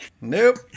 Nope